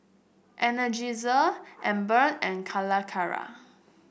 Energizer Anmum and Calacara